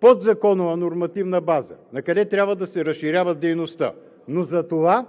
подзаконова нормативна база, накъде трябва да се разширява дейността? Затова